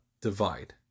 divide